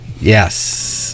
Yes